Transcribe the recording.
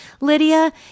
Lydia